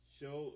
show